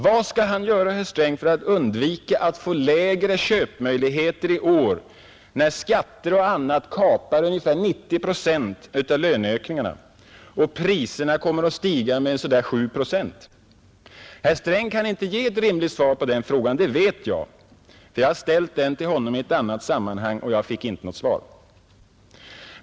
Vad skall han göra, herr Sträng, för att undvika att få lägre köpkraft i år när skatter och annat kapar ungefär 90 procent av löneökningen och priserna kommer att stiga med omkring 7 procent? Herr Sträng kan inte ge ett rimligt svar på den frågan — det vet jag, för jag har ställt den till honom i ett annat sammanhang och fick då inte något svar.